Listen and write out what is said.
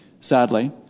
sadly